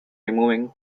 removing